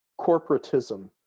corporatism